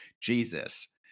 Jesus